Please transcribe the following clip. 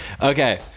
Okay